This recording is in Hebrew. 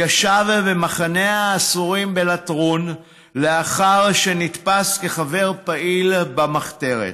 ישב במחנה האסורים בלטרון לאחר שנתפס כחבר פעיל במחתרת,